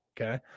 Okay